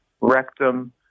rectum